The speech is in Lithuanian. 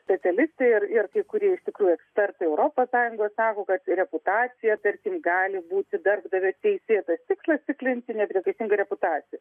specialistė ir ir kai kurie iš tikrųjų ekspertai europos sąjungos sako kad reputacij tarkim gali būti darbdavio teisėtas tikslas tikrinti nepriekaištingą reputaciją